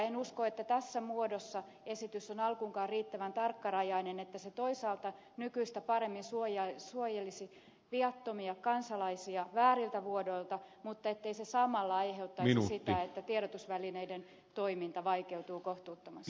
en usko että tässä muodossa esitys on alkuunkaan riittävän tarkkarajainen että se toisaalta nykyistä paremmin suojelisi viattomia kansalaisia vääriltä vuodoilta mutta ettei se samalla aiheuttaisi sitä että tiedotusvälineiden toiminta vaikeutuu kohtuuttomasti